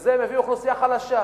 שזה מביא אוכלוסייה חלשה.